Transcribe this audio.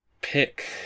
pick